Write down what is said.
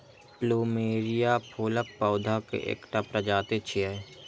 plumeria फूलक पौधा के एकटा प्रजाति छियै